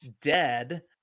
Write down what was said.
dead